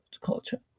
culture